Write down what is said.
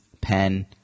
pen